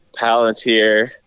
Palantir